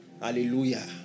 Hallelujah